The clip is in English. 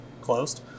closed